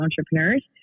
entrepreneurs